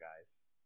guys